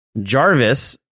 Jarvis